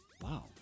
Wow